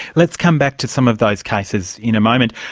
let's come back to some of those cases in a moment.